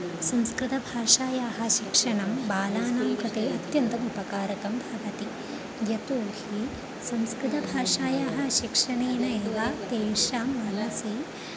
संस्कृतभाषायाः शिक्षणं बालानां कृते अत्यन्तम् उपकारकं भवति यतो हि संस्कृतभाषायाः शिक्षणेन एव तेषां मनसि